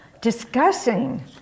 discussing